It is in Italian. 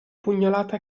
pugnalata